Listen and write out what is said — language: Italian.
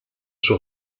sua